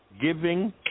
giving